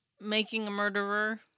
making-a-murderer